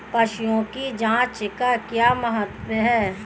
पशुओं की जांच का क्या महत्व है?